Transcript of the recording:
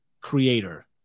creator